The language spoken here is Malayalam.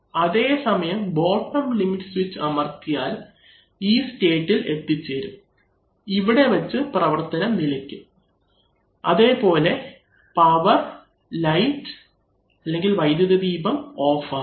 അതേസമയം ബോട്ടം ലിമിറ്റ് സ്വിച്ച് അമർത്തിയാൽ ഈ സ്റ്റേറ്റ് ഇൽ എത്തിച്ചേരും ഇവിടെവെച്ച് പ്രവർത്തനം നിലയ്ക്കും അതേപോലെ പവർ ഓൺ ആകും വൈദ്യുതദീപം ഓഫ് ആകും